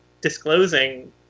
disclosing